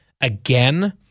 again